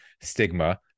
stigma